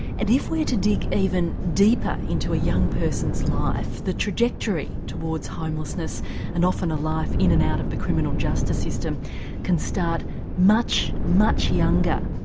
and if we are to dig even deeper into a young person's life, the trajectory towards homelessness and often a life in and out of the criminal justice system can start much, much younger.